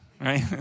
right